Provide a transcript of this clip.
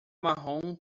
marrom